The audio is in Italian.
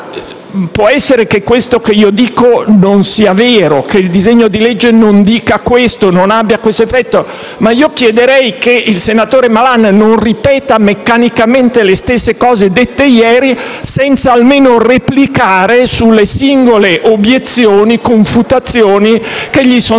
Può essere che quello che dico non sia vero, che il disegno di legge non dica questo, non abbia questo effetto, ma chiederei al senatore Malan di non ripetere meccanicamente le stesse cose dette ieri senza almeno replicare alle singole argomentazioni e confutazioni che gli sono state